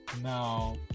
now